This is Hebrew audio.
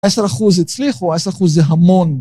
עשר אחוז הצליחו, עשר אחוז זה המון.